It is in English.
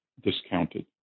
discounted